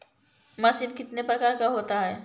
Machine कितने प्रकार का होता है?